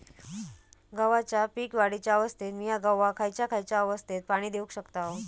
गव्हाच्या पीक वाढीच्या अवस्थेत मिया गव्हाक खैयचा खैयचा अवस्थेत पाणी देउक शकताव?